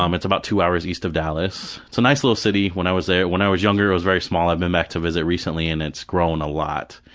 um it's about two hours east of dallas. it's a nice little city. when i was there, when i was younger it was very small, i've been back to visit recently and it's grown a lot.